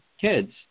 kids